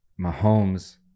Mahomes